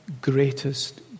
greatest